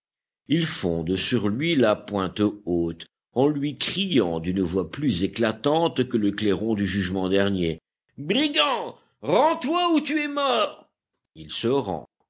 ils fondent sur lui la pointe haute en lui criant d'une voix plus éclatante que le clairon du jugement dernier brigand rends-toi ou tu es mort il se rend